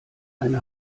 eine